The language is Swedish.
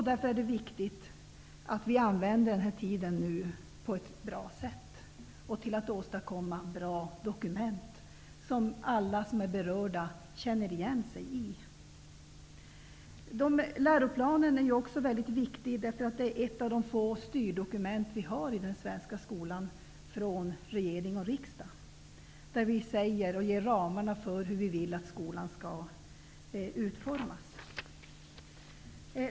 Därför är det viktigt att vi använder den här tiden på ett bra sätt och till att åstadkomma bra dokument som alla som är berörda känner igen sig i. Läroplanen är också mycket viktigt eftersom det är ett av de få styrdokument som vi har i den svenska skolan från regering och riksdag. Där ger vi ramarna för hur vi vill att skolan skall utformas.